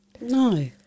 No